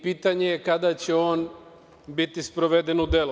Pitanje je kada će on biti sproveden u delo?